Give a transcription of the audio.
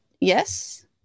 Yes